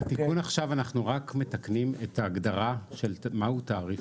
בתיקון עכשיו אנחנו רק מתקנים את ההגדרה של מה הוא תעריף.